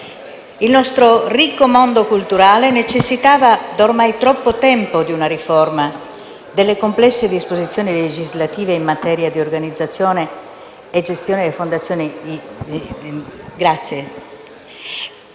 Il nostro ricco mondo culturale necessitava da ormai troppo tempo di una riforma delle complesse disposizioni legislative in materia di organizzazione e gestione delle fondazioni lirico-sinfoniche.